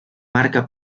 marca